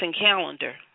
calendar